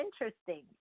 interesting